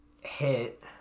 hit